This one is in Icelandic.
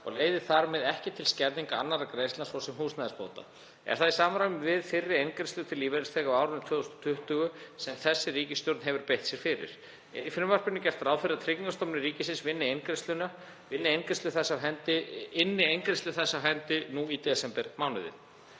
og leiði þar með ekki til skerðingar annarra greiðslna, svo sem húsnæðisbóta. Er það í samræmi við fyrri eingreiðslur til lífeyrisþega á árinu 2020 sem þessi ríkisstjórn hefur beitt sér fyrir. Er í frumvarpinu gert ráð fyrir að Tryggingastofnun ríkisins inni eingreiðslu þessa af hendi nú í desembermánuði.